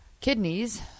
kidneys